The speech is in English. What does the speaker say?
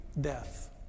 death